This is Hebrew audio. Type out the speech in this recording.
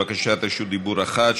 בקשת דיבור אחת,